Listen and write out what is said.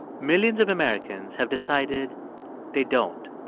millions of americans have decided they don't.